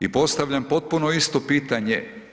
I postavljam potpuno isto pitanje.